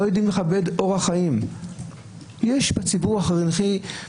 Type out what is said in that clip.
לא יודעים לכבד את אורח החיים של הציבור החרדי.